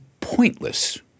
pointless